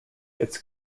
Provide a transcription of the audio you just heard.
its